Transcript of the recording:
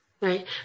Right